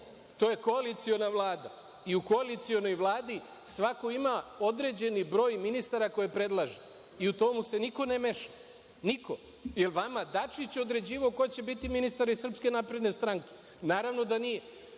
to je koaliciona vlada i u koalicionoj vladi svako ima određeni broj ministara koje predlaže. I u to mu se niko ne meša, niko. Da li je vama Dačić određivao ko će biti ministar iz SNS? Naravno da nije.